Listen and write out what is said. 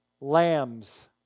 lambs